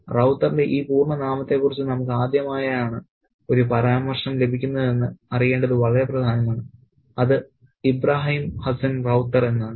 റൌത്തറിന്റെ ഈ പൂർണ്ണനാമത്തെക്കുറിച്ച് നമുക്ക് ആദ്യമായാണ് ഒരു പരാമർശം ലഭിക്കുന്നതെന്ന് അറിയേണ്ടത് വളരെ പ്രധാനമാണ് അത് ഇബ്രാഹിം ഹസ്സൻ റൌത്തർ എന്നാണ്